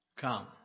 come